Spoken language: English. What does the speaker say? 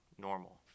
normal